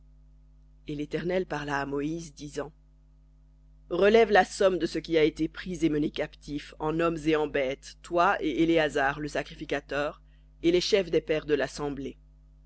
et l'éternel parla à moïse disant relève la somme de ce qui a été pris et mené captif en hommes et en bêtes toi et éléazar le sacrificateur et les chefs des pères de l'assemblée